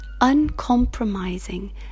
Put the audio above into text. uncompromising